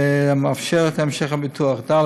המאפשר את המשך הביטוח, ד.